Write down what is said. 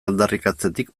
aldarrikatzetik